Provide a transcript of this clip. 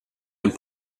and